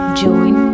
join